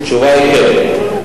התשובה היא כן.